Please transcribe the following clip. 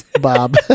Bob